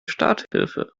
starthilfe